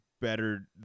better